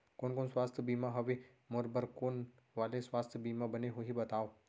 कोन कोन स्वास्थ्य बीमा हवे, मोर बर कोन वाले स्वास्थ बीमा बने होही बताव?